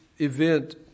event